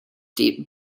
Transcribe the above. deep